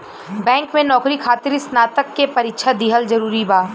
Bank में नौकरी खातिर स्नातक के परीक्षा दिहल जरूरी बा?